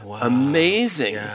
amazing